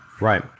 Right